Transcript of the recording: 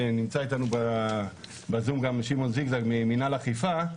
ונמצא איתנו בזום גם שמעון זיגזג ממינהל אכיפה,